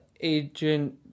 agent